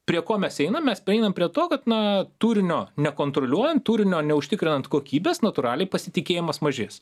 prie ko mes einam mes prieinam prie to kad na turinio nekontroliuojant turinio neužtikrinant kokybės natūraliai pasitikėjimas mažės